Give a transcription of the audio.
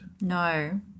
No